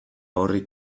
horri